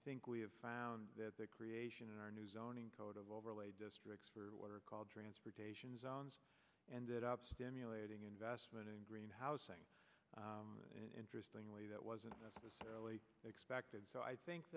think we have found that the creation our new zoning code of overlay districts for what are called transportation zones ended up stimulating investment in green house saying interestingly that wasn't necessarily expected so i think